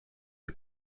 des